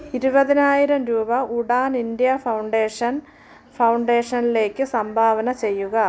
ഇരുപതിനായിരം രൂപ Udaan India Foundation ഫൗണ്ടേഷനിലേക്ക് സംഭാവന ചെയ്യുക